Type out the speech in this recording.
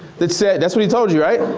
that's ah that's what he told you right?